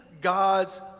God's